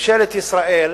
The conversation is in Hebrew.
ממשלת ישראל